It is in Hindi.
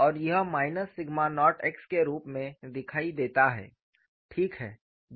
और यह माइनस सिग्मा नॉट x के रूप में दिखाई देता है ठीक है